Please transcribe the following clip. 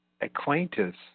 acquaintance